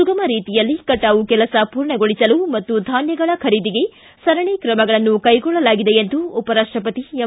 ಸುಗಮ ರೀತಿಯಲ್ಲಿ ಕಟಾವು ಕೆಲಸ ಪೂರ್ಣಗೊಳಿಸಲು ಮತ್ತು ಧಾನ್ಯಗಳ ಖರೀದಿಗೆ ಸರಣಿ ಕ್ರಮಗಳನ್ನು ಕೈಗೊಳ್ಳಲಾಗಿದೆ ಎಂದು ಉಪರಾಷ್ಟಪತಿ ಎಂ